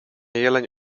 jeleń